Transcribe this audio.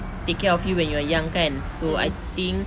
take care of you when you are young kan so I think